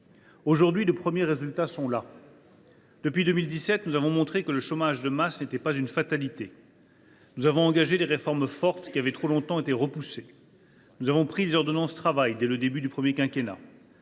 textes. « Les premiers résultats sont là. Depuis 2017, nous avons montré que le chômage de masse n’était pas une fatalité. Nous avons engagé des réformes fortes, qui avaient trop longtemps été repoussées. « Nous avons pris les ordonnances Travail dès le début du premier quinquennat.